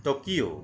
Tokyo